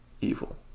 evil